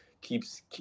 keeps